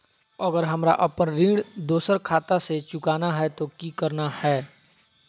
अगर हमरा अपन ऋण दोसर खाता से चुकाना है तो कि करना है?